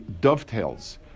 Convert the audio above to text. dovetails